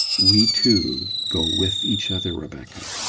we two go with each other, rebecca.